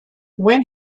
when